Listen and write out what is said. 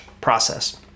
process